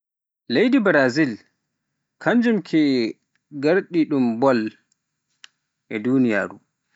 Leydi brazil kanjum ke gardiiɗo ball.